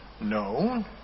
No